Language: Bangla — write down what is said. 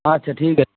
আচ্ছা ঠিক আছে